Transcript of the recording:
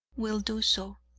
will do so,